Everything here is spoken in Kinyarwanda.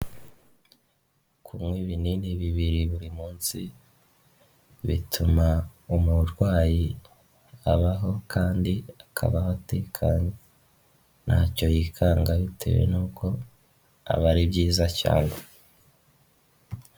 Kunywa ibinini bibiri buri munsi bituma umurwayi abaho kandi akabaho atekanye ntacyo yikanga bitewe n'uko aba ari byiza cyane.